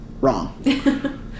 Wrong